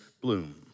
bloom